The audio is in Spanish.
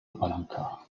blanca